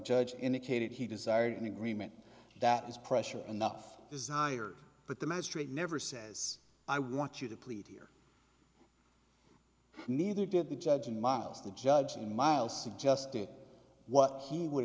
judge indicated he desired an agreement that is pressure enough desired but the magistrate never says i want you to plead here neither did the judge in miles the judge in miles suggesting what he would